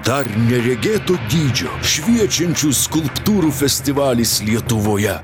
dar neregėto dydžio šviečiančių skulptūrų festivalis lietuvoje